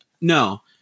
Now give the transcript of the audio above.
No